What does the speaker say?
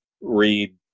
read